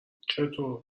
چطور